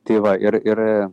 tai va ir ir